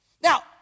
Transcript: Now